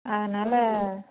அதனால்